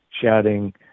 shouting